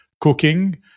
cooking